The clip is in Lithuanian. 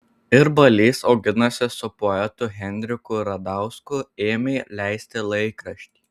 ir balys auginasi su poetu henriku radausku ėmė leisti laikraštį